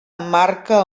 emmarca